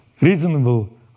reasonable